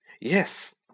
Yes